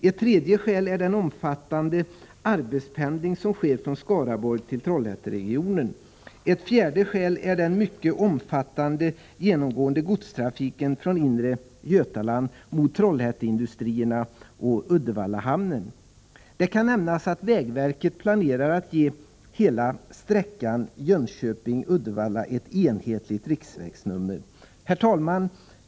Ett tredje skäl är den omfattande arbetspendlingen från Skaraborg till Trollhätteregionen. Ett fjärde skäl är den mycket omfattande genomgående godstrafiken från inre Götaland mot Trollhätteindustrierna och Uddevallahamnen. Det kan nämnas att vägverket planerar att ge hela sträckan Jönköping Uddevalla ett enhetligt riksvägsnummer. Herr talman!